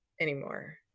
anymore